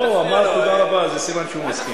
לא, הוא אמר תודה רבה, זה סימן שהוא מסכים.